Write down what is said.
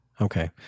Okay